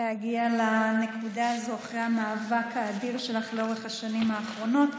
להגיע לנקודה הזאת אחרי המאבק האדיר שלך לאורך השנים האחרונות.